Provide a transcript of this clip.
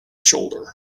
shoulder